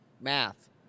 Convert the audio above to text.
math